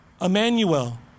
Emmanuel